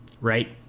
right